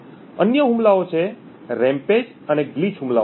અન્ય હુમલાઓ છે રેમ્પેજક્રોધાવેશ અને ગ્લિચ હુમલાઓ